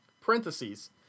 Parentheses